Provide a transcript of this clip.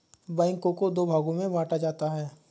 बैंकों को दो भागों मे बांटा जाता है